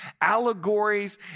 allegories